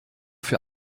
für